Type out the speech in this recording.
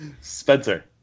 Spencer